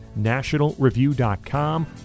Nationalreview.com